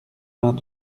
vingt